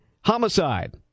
homicide